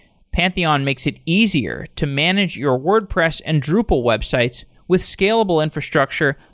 pantheon makes it easier to manage your wordpress and drupal websites with scalable infrastructure,